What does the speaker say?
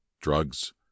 drugs